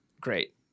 great